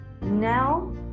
Now